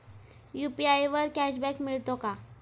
UPI वर cashback मिळतो का?